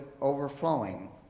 overflowing